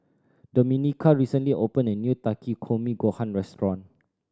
Domenica recently opened a new Takikomi Gohan Restaurant